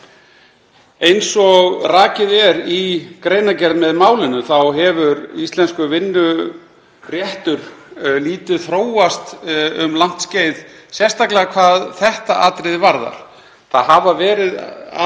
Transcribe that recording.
Eins og rakið er í greinargerð með málinu þá hefur íslenskur vinnuréttur lítið þróast um langt skeið, sérstaklega hvað þetta atriði varðar. Allt annars